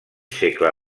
segle